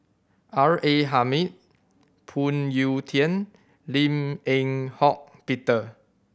R A Hamid Phoon Yew Tien Lim Eng Hock Peter